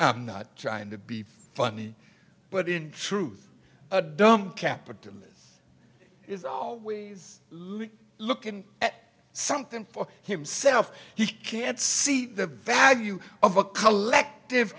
i'm not trying to be funny but in truth a dumb capitalist is always looking at something for himself he can't see the value of a collective